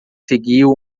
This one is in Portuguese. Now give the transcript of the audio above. seguiu